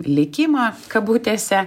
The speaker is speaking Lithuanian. likimą kabutėse